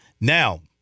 Now